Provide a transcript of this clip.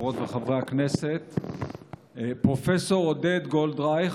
חברות וחברי הכנסת, פרופ' עודד גולדרייך,